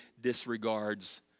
disregards